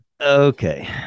Okay